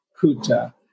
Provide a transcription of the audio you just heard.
Kuta